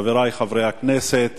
חברי חברי הכנסת,